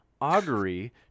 augury